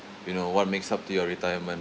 you know what makes up to your retirement